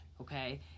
okay